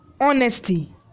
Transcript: honesty